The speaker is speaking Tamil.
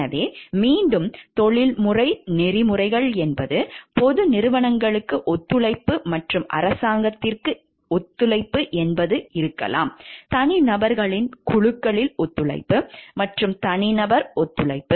எனவே மீண்டும் தொழில்முறை நெறிமுறைகள் என்பது பொது நிறுவனங்களுக்கு ஒத்துழைப்பு மற்றும் அரசாங்கத்திற்கு இருக்கலாம் தனிநபர்களின் குழுக்களில் ஒத்துழைப்பு மற்றும் தனிநபர் ஒத்துழைப்பு